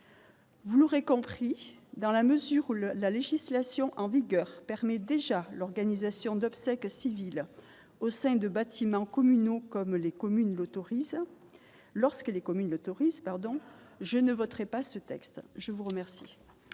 Vous l'aurez compris dans la mesure où le la législation en vigueur permet déjà l'organisation d'obsèques civiles au sein de bâtiments communaux, comme les communes l'autorise, lorsque les communes